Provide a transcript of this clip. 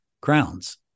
crowns